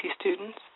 students